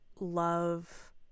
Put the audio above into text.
love